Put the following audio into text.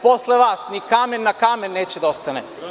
Posle vas ni kamen na kamen neće da ostane.